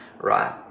right